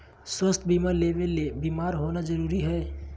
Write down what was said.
स्वास्थ्य बीमा लेबे ले बीमार होना जरूरी हय?